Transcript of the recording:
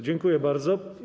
Dziękuję bardzo.